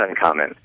uncommon